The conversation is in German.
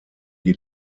die